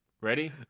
ready